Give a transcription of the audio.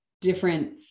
different